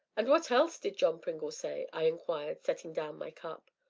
and what else did john pringle say? i inquired, setting down my cup.